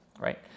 right